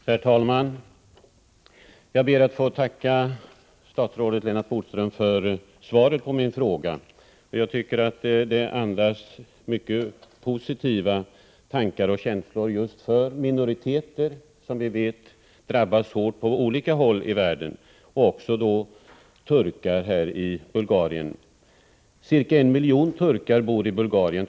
Herr talman! Jag ber att få tacka statsrådet Lennart Bodström för svaret på min fråga. Svaret andas mycket positiva tankar och känslor för just minoriteter, som vi vet drabbas hårt på olika håll i världen. Så är också fallet med turkar i Bulgarien. Ca 1 miljon turkar bor i Bulgarien.